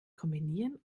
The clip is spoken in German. kombinieren